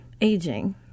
aging